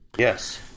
Yes